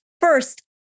First